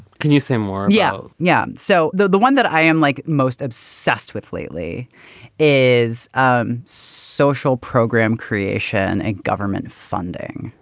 can you say more? yeah. yeah. so the the one that i am like most obsessed with lately is um social program creation and government funding.